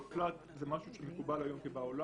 הנפלט זה משהו שמקובל היום בעולם.